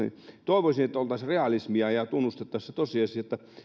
toivoisin että oltaisiin realistisia ja tunnustettaisiin se tosiasia että